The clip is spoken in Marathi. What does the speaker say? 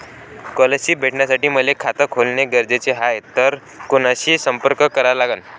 स्कॉलरशिप भेटासाठी मले खात खोलने गरजेचे हाय तर कुणाशी संपर्क करा लागन?